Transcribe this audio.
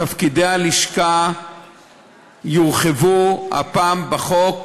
תפקידי הלשכה יורחבו הפעם בחוק,